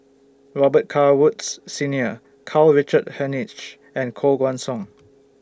Robet Carr Woods Senior Karl Richard Hanitsch and Koh Guan Song